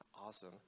Awesome